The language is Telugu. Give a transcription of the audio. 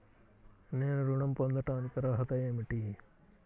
నేను ఋణం పొందటానికి అర్హత ఏమిటి?